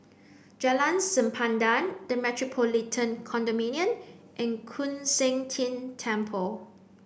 Jalan Sempadan the Metropolitan Condominium and Koon Seng Ting Temple